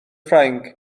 ffrainc